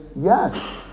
yes